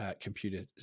computer